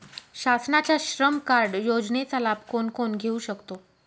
शासनाच्या श्रम कार्ड योजनेचा लाभ कोण कोण घेऊ शकतो?